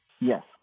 Yes